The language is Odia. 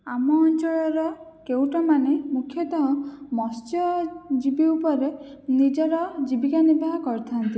ଆମ ଅଞ୍ଚଳର କେଉଟମାନେ ମୁଖ୍ୟତଃ ମତ୍ସ୍ୟଜୀବୀ ଉପରେ ନିଜର ଜୀବିକା ନିର୍ବାହ କରିଥାନ୍ତି